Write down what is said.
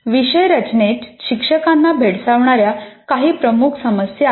विषय रचनेत शिक्षकांना भेडसावणाऱ्या काही मुख्य समस्या आहेत